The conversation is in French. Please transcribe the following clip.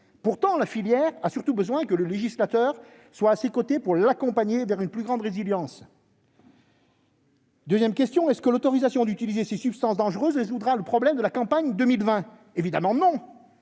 Pourtant, la filière a surtout besoin que le législateur soit à ses côtés pour l'accompagner vers une plus grande résilience. Deuxièmement, l'autorisation d'utiliser ces substances dangereuses résoudra-t-elle le problème de la campagne de 2020 ? Évidemment non,